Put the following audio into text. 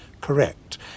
correct